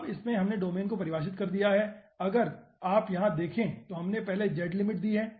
अब इसमें हमने डोमेन को परिभाषित कर दिया है अगर आप यहां देखें तो हमने पहले z लिमिट दी है